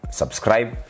subscribe